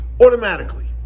automatically